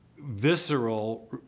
visceral